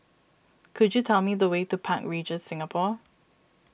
could you tell me the way to Park Regis Singapore